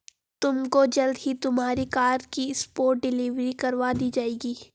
तुमको जल्द ही तुम्हारी कार की स्पॉट डिलीवरी करवा दी जाएगी